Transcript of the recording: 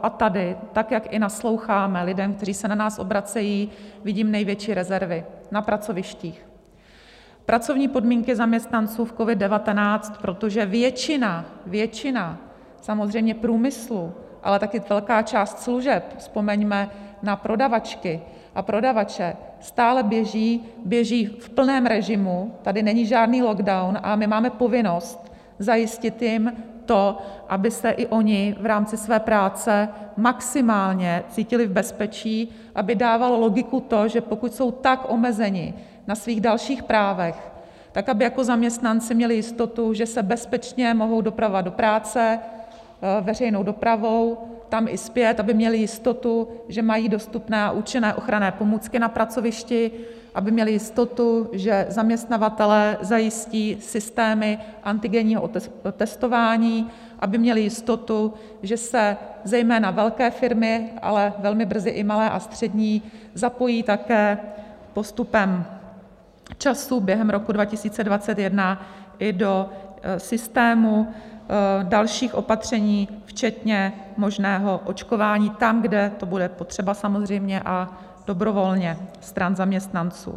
A tady, tak jak i nasloucháme lidem, kteří se na nás obracejí, vidím největší rezervy na pracovištích, pracovní podmínky zaměstnanců v COVID19, protože většina většina samozřejmě průmyslu, ale také velká část služeb, vzpomeňme na prodavačky a prodavače, stále běží, běží v plném režimu, tady není žádný lockdown a my máme povinnost zajistit jim to, aby se i oni v rámci své práce maximálně cítili v bezpečí, aby dávalo logiku to, že pokud jsou tak omezeni na svých dalších právech, tak aby jako zaměstnanci měli jistotu, že se bezpečně mohou dopravovat do práce veřejnou dopravou tam i zpět, aby měli jistotu, že mají dostupné a účinné ochranné pomůcky na pracovišti, aby měli jistotu, že zaměstnavatelé zajistí systémy antigenního testování, aby měli jistotu, že se zejména velké firmy, ale velmi brzy i malé a střední zapojí také postupem času během roku 2021 i do systému dalších opatření včetně možného očkování tam, kde to bude potřeba samozřejmě, a dobrovolně stran zaměstnanců.